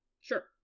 Sure